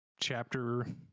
chapter